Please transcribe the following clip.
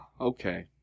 Okay